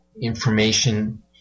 information